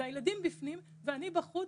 והילדים בפנים ואני בחוץ.